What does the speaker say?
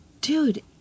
Dude